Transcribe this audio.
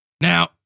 Now